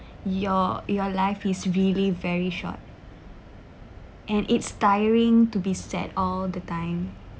your your life is really very short and it's tiring to be sad all the time